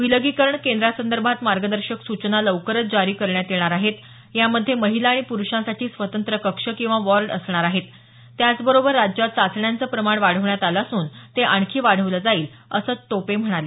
विलगीकरण केंद्रांसंदर्भात मार्गदर्शक सूचना लवकरच जारी करण्यात येणार आहेत यामध्ये महिला आणि पुरूषांसाठी स्वतंत्र कक्ष किंवा वॉर्ड असणार आहेत त्याचबरोबर राज्यात चाचण्यांचं प्रमाण वाढवण्यात आलं असून ते आणखी वाढवलं जाईल असं टोपे म्हणाले